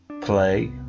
play